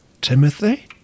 Timothy